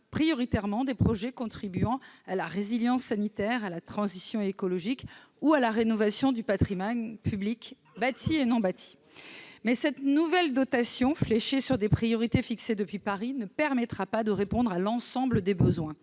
prioritairement des projets contribuant à la résilience sanitaire, à la transition écologique ou à la rénovation du patrimoine public bâti et non bâti. Toutefois, fléchée sur des priorités fixées depuis Paris, elle ne permettra pas de répondre à l'ensemble des besoins.